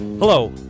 Hello